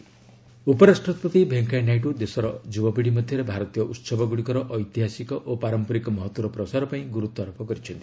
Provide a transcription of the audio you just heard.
VP younger generation ଉପରାଷ୍ଟ୍ରପତି ଭେଙ୍କୟା ନାଇଡୁ ଦେଶର ଯୁବପୀଢ଼ି ମଧ୍ୟରେ ଭାରତୀୟ ଉତ୍ସବଗୁଡ଼ିକର ଐତିହାସିକ ଓ ପରମ୍ପରିକ ମହତ୍ୱର ପ୍ରସାର ପାଇଁ ଗୁରୁତ୍ୱାରୋପ କରିଛନ୍ତି